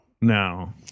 No